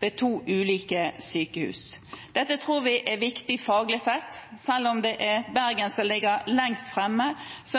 ved to ulike sykehus. Dette tror vi er viktig, faglig sett. Selv om det er Bergen som ligger lengst framme,